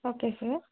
okay sir